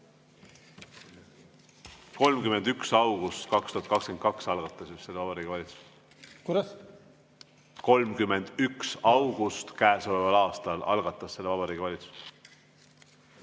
31. augustil 2022 algatas vist selle Vabariigi Valitsus. Kuidas? 31. augustil käesoleval aastal algatas selle Vabariigi Valitsus.